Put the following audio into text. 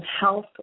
health